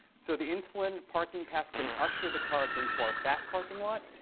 so the insulin parking pass can usher the carbs into our fat parking lot.